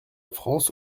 france